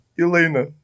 Elena